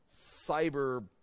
cyber